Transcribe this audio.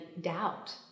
doubt